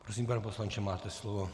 Prosím, pane poslanče, máte slovo.